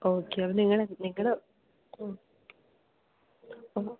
okay നിങ്ങൾ നിങ്ങൾ